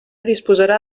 disposarà